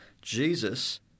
Jesus